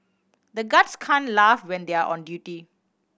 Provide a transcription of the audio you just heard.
the guards can't laugh when they are on duty